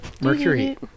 mercury